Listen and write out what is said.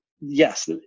yes